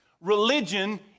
religion